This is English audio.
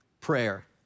prayer